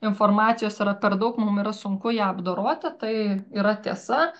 informacijos yra per daug mum yra sunku ją apdoroti tai yra tiesa